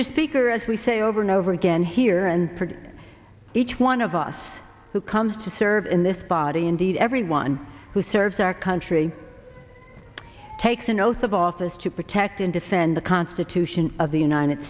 speaker as we say over and over again here and each one of us who comes to serve in this body indeed everyone who serves our country takes an oath of office to protect and defend the constitution of the united